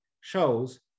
shows